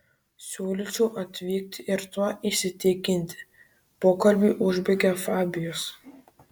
siūlyčiau atvykti ir tuo įsitikinti pokalbį užbaigė fabijus